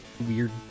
weird